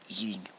eating